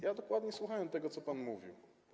Ja dokładnie słuchałem tego, co pan mówił.